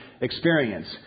experience